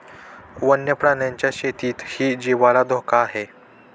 वन्य प्राण्यांच्या शेतीतही जीवाला धोका आहे